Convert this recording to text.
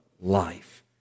life